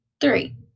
three